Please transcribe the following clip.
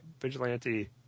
vigilante